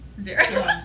Zero